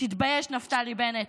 תתבייש, נפתלי בנט.